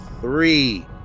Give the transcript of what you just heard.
three